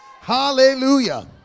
Hallelujah